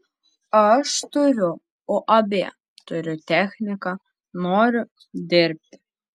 aš turiu uab turiu techniką noriu dirbti